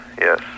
Yes